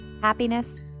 happiness